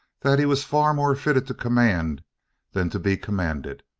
that he was far more fitted to command than to be commanded.